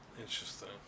Interesting